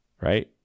Right